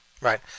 Right